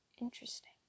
interesting